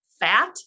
fat